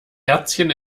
herzchen